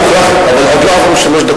אבל עוד לא עברו שלוש דקות.